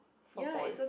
for boys